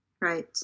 right